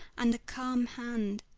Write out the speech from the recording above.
and a calm hand?